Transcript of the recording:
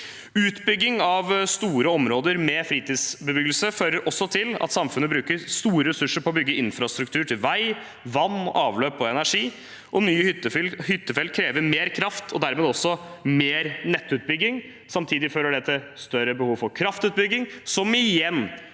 Utbygging av store områder med fritidsbebyggelse fører til at samfunnet bruker store ressurser på å bygge infrastruktur til vei, vann, avløp og energi. Nye hyttefelt krever mer kraft og dermed også mer nettutbygging. Samtidig fører det til større behov for kraftutbygging, som igjen,